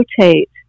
rotate